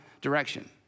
direction